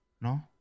No